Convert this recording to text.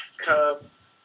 Cubs